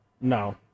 No